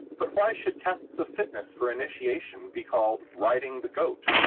but why should tests of fitness for initiation be called riding the goat?